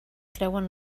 creuen